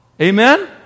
Amen